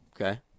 Okay